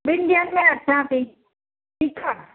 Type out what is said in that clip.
ॿिन ॾींहंनि में अचां थी ठीकु आहे